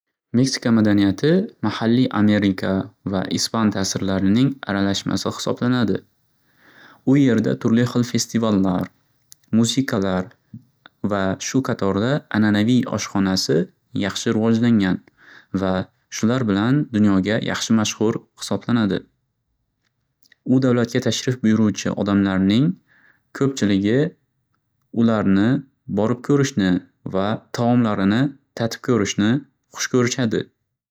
Meksika madaniyati mahalliy Amerika va Ispan tasirlarining aralashmasi hisoblanadi. U yerda turli xil festivallar, musiqalar va shu qatorda ananaviy oshxonasi yaxshi rivojlangan va shular bilan dunyoga yaxshi mashxur hisoblanadi. U davlatga tashrif buyuruvchi odamlarning ko'pchiligi ularni borib ko'rishni va taomlarini tatib ko'rishni xush ko'rishadi.